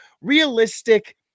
realistic